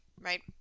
right